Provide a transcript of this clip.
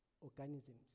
organisms